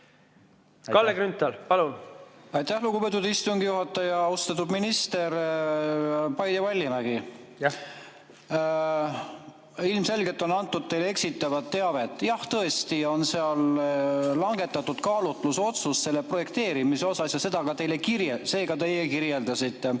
selles asjas. Aitäh, lugupeetud istungi juhataja! Austatud minister! Paide Vallimägi. Ilmselgelt on antud teile eksitavat teavet. Jah, tõesti on seal langetatud kaalutlusotsus selle projekteerimise kohta ja seda te kirjeldasite.